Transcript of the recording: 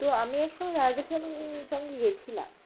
তো আমি এক সময় দাদাদের সং সঙ্গে গিয়েছিলাম